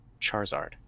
Charizard